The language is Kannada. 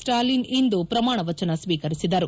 ಸ್ಟಾಲಿನ್ ಇಂದು ಪ್ರಮಾಣವಚನ ಸ್ನೀಕರಿಸಿದರು